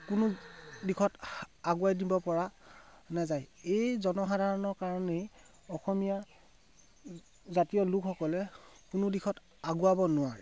কোনো দিশত আগুৱাই দিব পৰা নাযায় এই জনসাধাৰণৰ কাৰণেই অসমীয়া জাতীয় লোকসকলে কোনো দিশত আগুৱাব নোৱাৰে